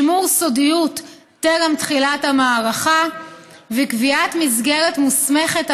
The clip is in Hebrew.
שימור סודיות טרם תחילת המערכה וקביעת מסגרת מוסמכת,